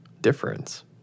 difference